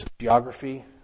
geography